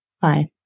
fine